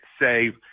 say